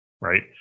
right